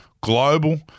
global